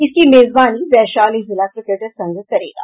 इसकी मेजबानी वैशाली जिला क्रिकेट संघ करेगा